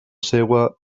seua